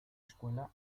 escuela